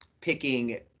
picking